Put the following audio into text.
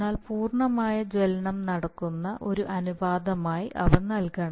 എന്നാൽ പൂർണ്ണമായ ജ്വലനം നടക്കുന്ന ഒരു അനുപാതമായി അവ നൽകണം